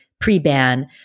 pre-ban